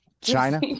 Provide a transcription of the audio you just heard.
China